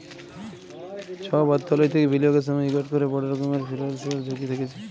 ছব অথ্থলৈতিক বিলিয়গের সময় ইকট ক্যরে বড় রকমের ফিল্যালসিয়াল ঝুঁকি থ্যাকে যায়